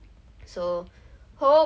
I thought like